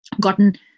gotten